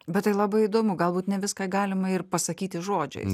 bet tai labai įdomu galbūt ne viską galima ir pasakyti žodžiais